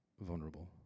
vulnerable